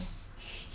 you get what I mean